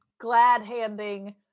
glad-handing